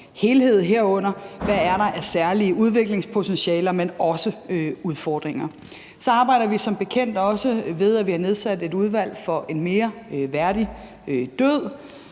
helhed, herunder hvad der er af særlige udviklingspotentialer og også udfordringer. Så arbejder vi som bekendt også med det, ved at vi har nedsat Udvalget for en mere værdig død.